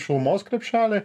šilumos krepšelį